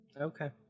Okay